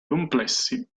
complessi